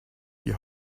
die